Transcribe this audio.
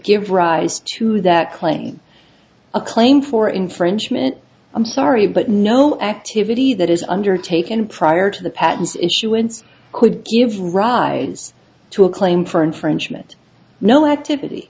give rise to that claim a claim for infringement i'm sorry but no activity that is undertaken prior to the patents issuance could give rise to a claim for infringement no activity